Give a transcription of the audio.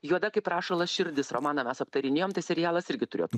juoda kaip rašalas širdis romaną mes aptarinėjom tai serialas irgi turėtų